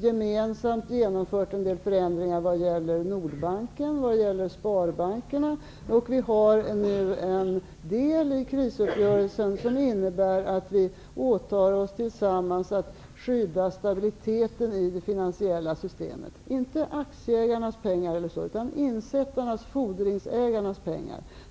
gemensamt genomfört en del förändringar vad gäller Nordbanken och sparbankerna, och en del av krisuppgörelsen går ut på att vi tillsammans åtar oss att skydda stabiliteten i det finansiella systemet. Det gäller alltså inte att skydda pengarna för aktieägarna m.fl., utan att skydda insättarnas och fordringsägarnas pengar.